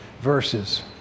verses